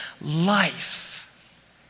life